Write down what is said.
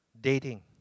Dating